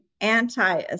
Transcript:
anti